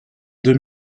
deux